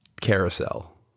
carousel